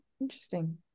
Interesting